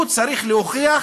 הוא צריך להוכיח